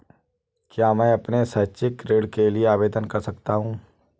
क्या मैं अपने शैक्षिक ऋण के लिए आवेदन कर सकता हूँ?